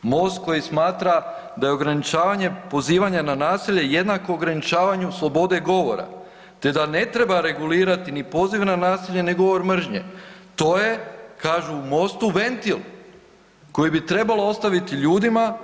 Most koji smatra da je ograničavanje pozivanja na nasilje jednako ograničavanju slobode govora te da ne treba regulirati ni poziv na nasilje ni govor mržnje, to je kažu u Mostu ventil koji bi trebalo ostaviti ljudima.